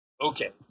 Okay